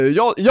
jag